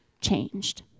changed